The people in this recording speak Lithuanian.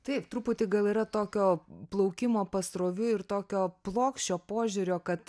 taip truputį gal yra tokio plaukimo pasroviui ir tokio plokščio požiūrio kad